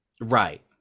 right